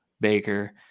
Baker